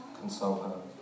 console